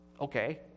Okay